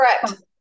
Correct